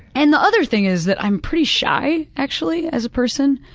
and the other thing is that i'm pretty shy actually, as a person,